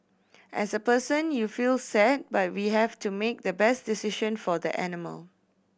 as a person you feel sad but we have to make the best decision for the animal